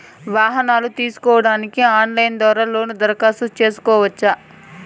వాహనాలు తీసుకోడానికి ఆన్లైన్ ద్వారా లోను దరఖాస్తు సేసుకోవచ్చా?